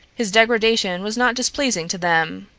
his degradation was not displeasing to them.